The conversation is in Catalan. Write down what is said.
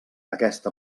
aquest